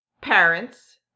parents